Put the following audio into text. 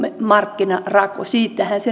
siitähän se lähtee